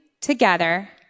together